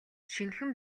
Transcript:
шинэхэн